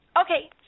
Okay